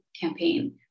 campaign